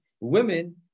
Women